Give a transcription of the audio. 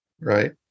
right